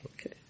Okay